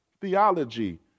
theology